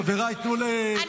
חברת הכנסת בן ארי,